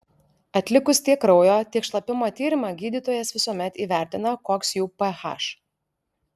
atlikus tiek kraujo tiek šlapimo tyrimą gydytojas visuomet įvertina koks jų ph